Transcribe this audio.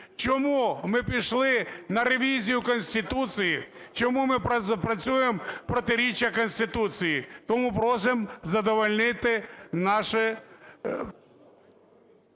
Чому ми пішли на ревізію Конституції? Чому ми працюємо в протиріччя Конституції? Тому просимо задовольнити наше…